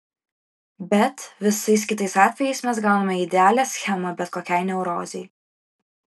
bet visais kitais atvejais mes gauname idealią schemą bet kokiai neurozei